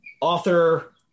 author